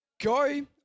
go